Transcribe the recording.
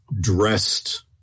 dressed